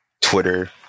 Twitter